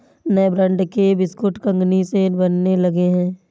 नए ब्रांड के बिस्कुट कंगनी से बनने लगे हैं